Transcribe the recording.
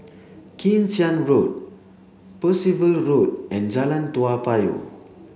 Kim Tian Road Percival Road and Jalan Toa Payoh